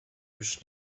już